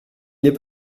n’est